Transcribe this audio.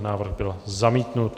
Návrh byl zamítnut.